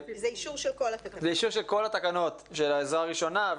זה אישור של כל התקנות של העזרה ראשונה,